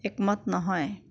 একমত নহয়